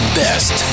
best